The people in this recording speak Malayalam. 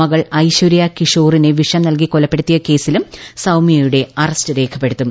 മകൾ ഐശ്വര്യ കിഷോറിനെ വിഷം നൽകി കൊലപ്പെടുത്തിയ കേസിലും സൌമ്യയുടെ അറസ്റ്റ് രേഖപ്പെടുത്തും